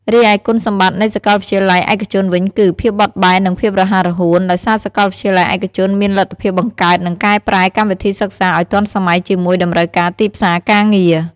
រីឯគុណសម្បត្តិនៃសាកលវិទ្យាល័យឯកជនវិញគឹ ភាពបត់បែននិងភាពរហ័សរហួន ដោយសាកលវិទ្យាល័យឯកជនមានលទ្ធភាពបង្កើតនិងកែប្រែកម្មវិធីសិក្សាឲ្យទាន់សម័យជាមួយតម្រូវការទីផ្សារការងារ។